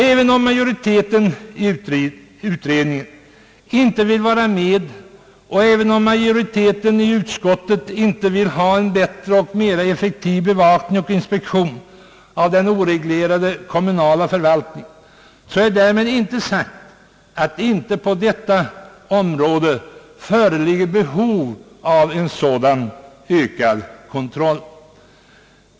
Även om majoriteten i utredningen inte vill vara med och även om majoriteten i utskottet inte ville ha en bättre och mer intensiv bevakning och inspektion av den oreglerade kommunala förvaltningen, så är därmed inte sagt att icke på detta område föreligger behov av en sådan ökad kontroll.